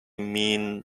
mean